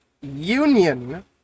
Union